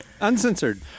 Uncensored